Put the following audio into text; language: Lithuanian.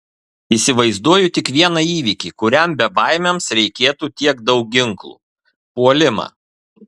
įsivaizduoju tik vieną įvykį kuriam bebaimiams reikėtų tiek daug ginklų puolimą